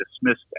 dismissed